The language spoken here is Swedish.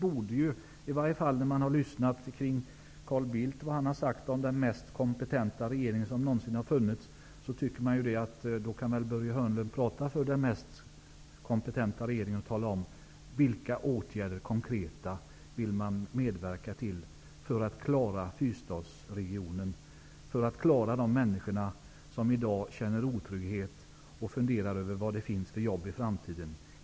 När man har lyssnat på det som Carl Bildt har sagt om den mest kompetenta regeringen som någonsin har funnits, tycker jag att Börje Hörnlund kan tala för den mest kompetenta regeringen och tala om vilka konkreta åtgärder som regeringen vill medverka till för att klara Fyrstadsregionen och de människor som i dag känner otrygghet och funderar över vilka jobb som kommer att finnas i framtiden.